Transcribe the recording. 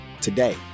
Today